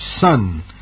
son